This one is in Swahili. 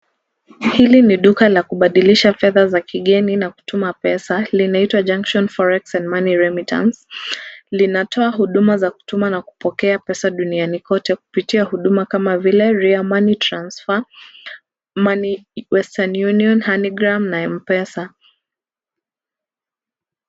Hili ni duka la kubadilisha fedha za kigeni na kutuma pesa. Linaitwa Junction Forex and Money Remittance. Linatoa huduma za kutuma na kupokea pesa duniani kote kupitia huduma kama vile riya money transfer, western union money gram na m-pesa.